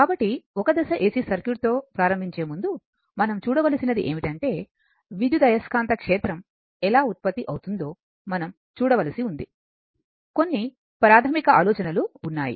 కాబట్టి single phase AC సర్క్యూట్తో ప్రారంభించే ముందు మనం చూడవలసినది ఏమిటంటే విద్యుదయస్కాంత క్షేత్రం ఎలా ఉత్పత్తి అవుతుందో మనం చూడవలసి ఉంది కొన్ని ప్రాథమిక ఆలోచనలు ఉన్నాయి